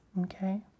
okay